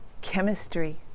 chemistry